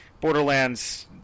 Borderlands